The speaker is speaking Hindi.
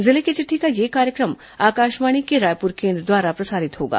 जिले की चिट्ठी का यह कार्यक्रम आकाशवाणी के रायपुर केंद्र द्वारा प्रसारित होगा